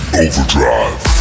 Overdrive